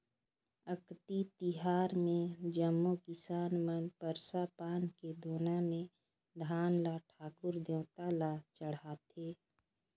अक्ती तिहार मे जम्मो किसान मन परसा पान के दोना मे धान ल ठाकुर देवता ल चढ़ाथें